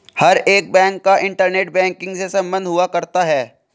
हर एक बैंक का internet banking से सम्बन्ध हुआ करता है